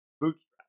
bootstrap